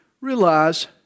Realize